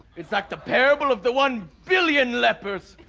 it's like the peril of the one billion lepers.